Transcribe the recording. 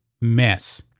mess